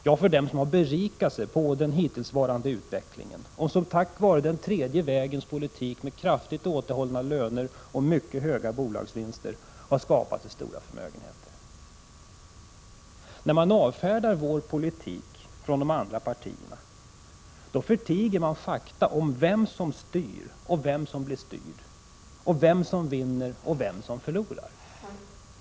— Jo, för dem som har berikat sig på den hittillsvarande utvecklingen och som tack vare den tredje vägens politik med kraftigt återhållna löner och mycket höga bolagsvinster har skapat sig stora förmögenheter. När de andra partierna avfärdar vår politik förtiger de fakta om vem som styr och vem som blir styrd, om vem som vinner och vem som förlorar.